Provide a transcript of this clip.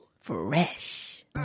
fresh